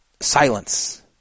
silence